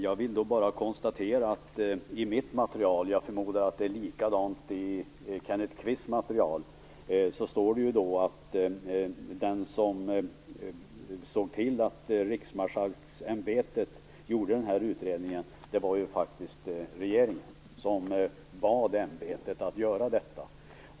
Jag konstaterat att det i mitt material - jag förmodar att det är likadant i Kenneth Kvists material - står att det faktiskt var regeringen som såg till att Riksmarskalksämbetet gjorde utredningen, att regeringen bad ämbetet att göra detta.